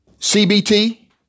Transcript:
CBT